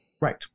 Right